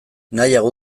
nahiago